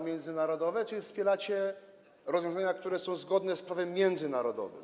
międzynarodowe czy wspieracie rozwiązania, które są zgodne z prawem międzynarodowym?